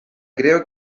creo